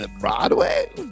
Broadway